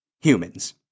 humans